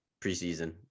preseason